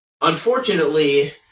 Unfortunately